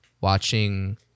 watching